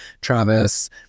Travis